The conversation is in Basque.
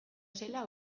zela